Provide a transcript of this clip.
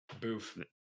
Boof